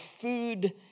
food